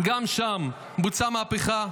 גם שם בוצעה מהפכה,